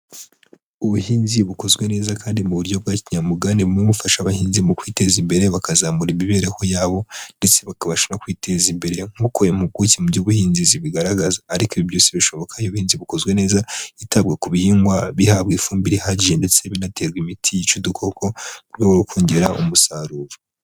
Ubuhinzi bukozwe neza kandi mu buryo bwa kinyamwuga, ni bimwe mu bifasha abahinzi mu kwiteza imbere bakazamura imibereho yabo, ndetse bakabasha no kwiteza imbere nkuko impuguke mu by'ubuhinzi zibigaragaza, ariko ibi byose bishoboka iyo ubuhinzi bukozwe neza hitabwa ku bihingwa, bihabwa ifumbire ihagije ndetse binaterwa imiti yica udukoko mu rwego rwo kongera umusaruro.